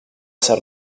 ser